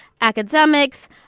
academics